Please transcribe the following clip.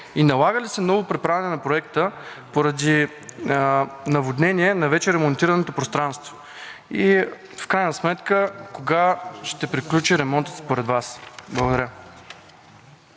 и налага ли се ново преправяне на проекта поради наводнение на вече ремонтираното пространство? В крайна сметка кога ще приключи ремонтът според Вас? Благодаря.